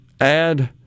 add